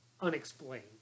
unexplained